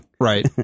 right